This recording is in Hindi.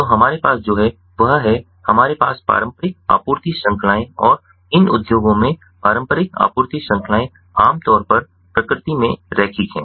तो हमारे पास जो है वह है हमारे पास पारंपरिक आपूर्ति श्रृंखलाएं और इन उद्योगों में पारंपरिक आपूर्ति श्रृंखलाएं आम तौर पर प्रकृति में रैखिक हैं